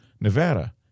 Nevada